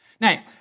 Now